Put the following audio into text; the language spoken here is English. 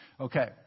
Okay